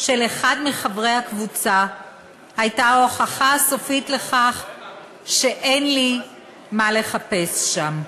של אחד מחברי הקבוצה הייתה ההוכחה הסופית לכך שאין לי מה לחפש שם."